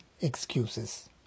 excuses